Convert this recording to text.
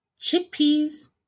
chickpeas